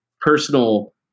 personal